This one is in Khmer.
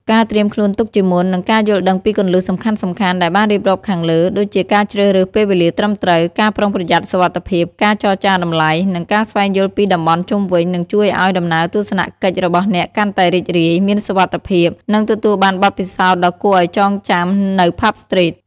ការត្រៀមខ្លួនទុកជាមុន និង ការយល់ដឹងពីគន្លឹះសំខាន់ៗ ដែលបានរៀបរាប់ខាងលើ ដូចជាការជ្រើសរើសពេលវេលាត្រឹមត្រូវ ការប្រុងប្រយ័ត្នសុវត្ថិភាព ការចរចាតម្លៃ និងការស្វែងយល់ពីតំបន់ជុំវិញ នឹងជួយឲ្យ ដំណើរទស្សនកិច្ចរបស់អ្នកកាន់តែរីករាយ មានសុវត្ថិភាព និងទទួលបានបទពិសោធន៍ដ៏គួរឲ្យចងចាំ នៅ ផាប់ ស្ទ្រីត ។